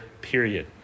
period